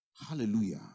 Hallelujah